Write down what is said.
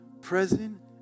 present